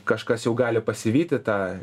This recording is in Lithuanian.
kažkas jau gali pasivyti tą